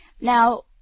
Now